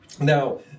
Now